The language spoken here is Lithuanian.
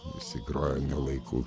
visi grojo ne laiku